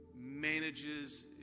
manages